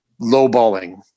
lowballing